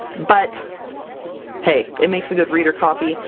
but hey, it makes a good reader copy!